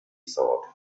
thought